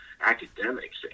academics